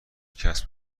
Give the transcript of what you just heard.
کسب